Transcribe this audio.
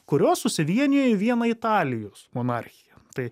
kurios susivienija į vieną italijos monarchiją tai